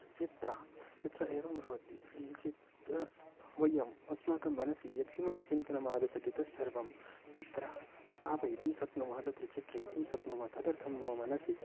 चित्रं चित्रम् एवं भवति चित्रं वयम् अस्माकं मनसि यत्किमपि चिन्तनमागच्छति तत्सर्वं तत्र स्थापयितुं शक्नुमः तत्र चित्रयितुं शक्नुमः तदर्थं मम मनसि